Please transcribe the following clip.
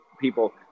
people